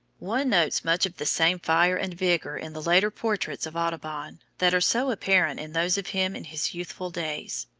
one notes much of the same fire and vigour in the later portraits of audubon, that are so apparent in those of him in his youthful days.